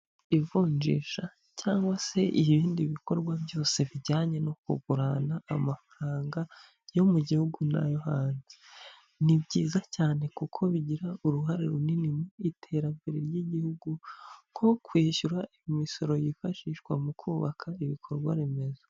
Ivunjisha cyangwa se ibindi bikorwa byose bijyanye no kugurana amafaranga yo mu gihugu n'ayo hanze. Ni byiza cyane kuko bigira uruhare runini mu iterambere ry'igihugu nko kwishyura imisoro yifashishwa mu kubaka ibikorwa remezo.